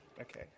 Okay